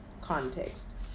context